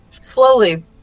Slowly